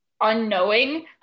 unknowing